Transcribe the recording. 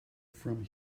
from